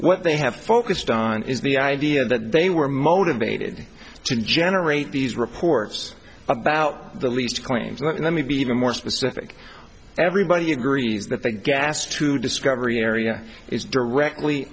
what they have focused on is the idea that they were motivated to generate these reports about the least claims let me be even more specific everybody agrees that the gas to discovery area is directly